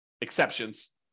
exceptions